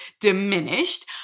diminished